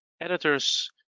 editors